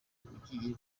ugiye